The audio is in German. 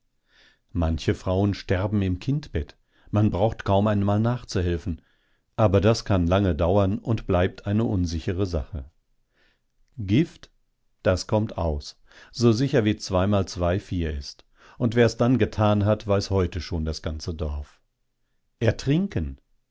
manche frauen sterben im kindbett man braucht kaum einmal nachzuhelfen aber das kann lange dauern und bleibt eine unsichere sache gift das kommt aus so sicher wie zwei mal zwei vier ist und wer's dann getan hat weiß heute schon das ganze dorf ertrinken